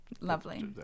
Lovely